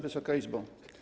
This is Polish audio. Wysoka Izbo!